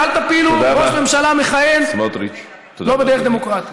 ואל תפילו ראש ממשלה מכהן לא בדרך דמוקרטית.